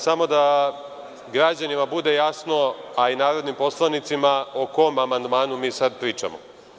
Samo da građanima bude jasno, a i narodnim poslanicima, o kom amandmanu sada pričamo.